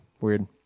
Weird